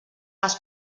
les